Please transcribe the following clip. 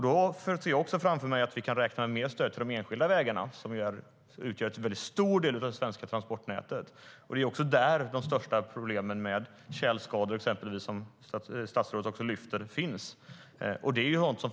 Då ser jag också framför mig att vi kan räkna med mer stöd till de enskilda vägarna som utgör en väldigt stor del av det svenska transportnätet. Det är också där som de största problemen med tjälskador - som också statsrådet lyfter fram - finns.